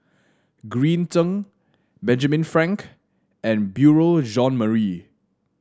Green Zeng Benjamin Frank and Beurel Jean Marie